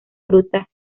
fruta